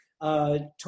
Tom